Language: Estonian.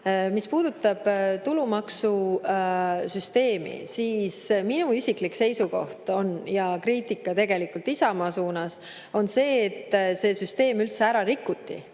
Mis puudutab tulumaksusüsteemi, siis minu isiklik seisukoht ja kriitika Isamaa suunas on see, et see süsteem üldse ära rikuti